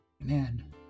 man